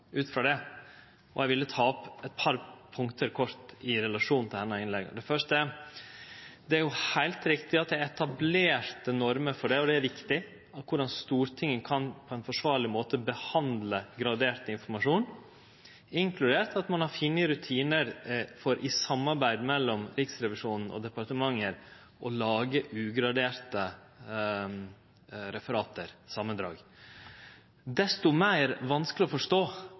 ut frå det, og eg vil kort ta opp eit par punkt i relasjon til hennar innlegg. Det første er at det er heilt riktig at det er etablerte normer – og det er viktig – for korleis Stortinget på ein forsvarleg måte kan behandle gradert informasjon, inkludert at ein i samarbeid mellom Riksrevisjonen og departementet har funne rutinar for å lage ugraderte samandrag. Desto meir vanskeleg er det å forstå